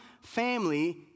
family